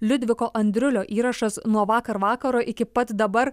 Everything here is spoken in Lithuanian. liudviko andriulio įrašas nuo vakar vakaro iki pat dabar